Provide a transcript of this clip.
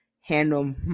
handle